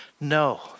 no